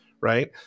right